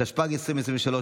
התשפ"ג 2023,